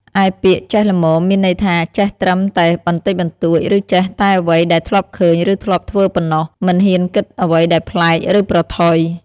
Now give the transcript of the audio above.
ឯ ពាក្យ "ចេះល្មម" មានន័យថាចេះត្រឹមតែបន្តិចបន្តួច ឬចេះតែអ្វីដែលធ្លាប់ឃើញ ឬធ្លាប់ធ្វើប៉ុណ្ណោះ មិនហ៊ានគិតអ្វីដែលប្លែក ឬប្រថុយ។